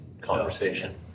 conversation